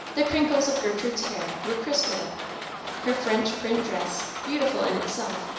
the crinkles of gertrude's hair were crisp with it her french print dress, beautiful in itself,